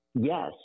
Yes